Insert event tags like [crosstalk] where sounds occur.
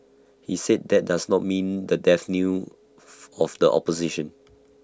he said that does not mean the death knell [noise] of the opposition